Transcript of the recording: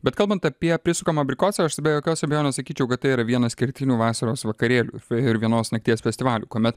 bet kalbant apie prisukamą abrikosą aš tai be jokios abejonės sakyčiau kad tai yra vienas kertinių vasaros vakarėlių ir vienos nakties festivalių kuomet